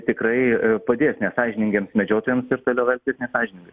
tikrai padės nesąžiningiems medžiotojams ir toliau elgtis nesąžiningai